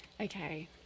okay